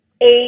Eight